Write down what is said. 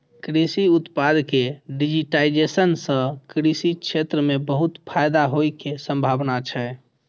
कृषि उत्पाद के डिजिटाइजेशन सं कृषि क्षेत्र कें बहुत फायदा होइ के संभावना छै